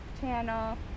channel